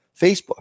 Facebook